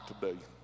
today